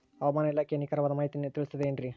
ಹವಮಾನ ಇಲಾಖೆಯ ನಿಖರವಾದ ಮಾಹಿತಿಯನ್ನ ತಿಳಿಸುತ್ತದೆ ಎನ್ರಿ?